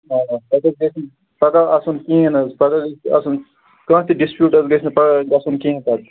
آ پَتہٕ حظ گژھِ نہٕ پَگاہ آسُن کِہیٖنٛۍ حظ پَگاہ آسُن کانٛہہ تہِ ڈِسپوٗٹ حظ گژھِ نہٕ پَگاہ گژھُن کیٚنٛہہ حظ